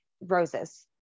Roses